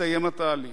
3. מתי יסתיים התהליך?